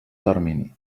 termini